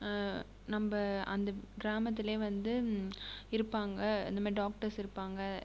நம்ம அந்த கிராமத்துலே வந்து இருப்பாங்க இந்தமாதிரி டாக்ட்டர்ஸ் இருப்பாங்க